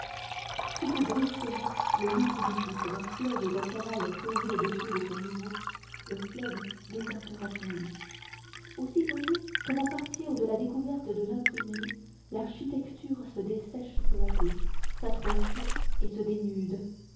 coupez brusquement le lit primitif d'un fleuve d'un canal creusé au-dessous de son niveau le fleuve désertera son lit aussi voyez comme à partir de la découverte de l'imprimerie l'architecture se dessèche peu à peu s'atrophie et se dénude